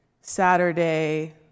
Saturday